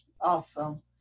Awesome